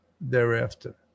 thereafter